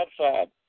outside